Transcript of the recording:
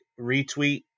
retweet